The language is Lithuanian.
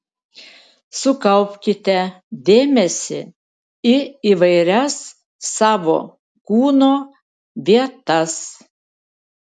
sukaupkite dėmesį į įvairias savo kūno vietas